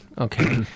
Okay